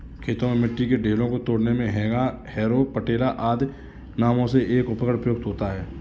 खेतों में मिट्टी के ढेलों को तोड़ने मे हेंगा, हैरो, पटेला आदि नामों से एक उपकरण प्रयुक्त होता है